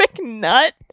nut